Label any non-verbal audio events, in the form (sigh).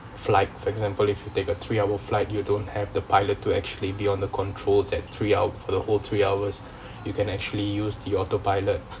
flight for example if you take a three hour flight you don't have the pilot to actually beyond the controls at three hou~ for the whole three hours (breath) you can actually use the autopilot